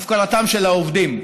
הפקרתם של העובדים.